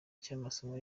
cy’amasomo